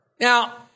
Now